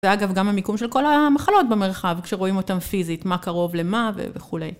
ואגב, גם המיקום של כל המחלות במרחב, כשרואים אותן פיזית, מה קרוב למה וכולי.